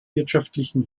wirtschaftlichen